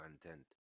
content